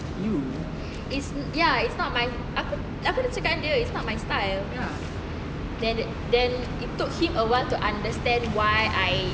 is ya is not my aku aku dah cakap dengan dia is not style then then it took him a while to understand why I